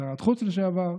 שרת החוץ לשעבר,